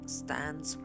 stands